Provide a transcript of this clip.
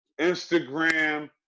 Instagram